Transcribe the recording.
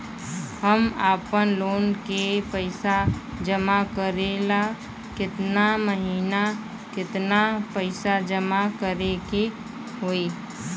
हम आपनलोन के पइसा जमा करेला केतना महीना केतना पइसा जमा करे के होई?